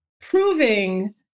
proving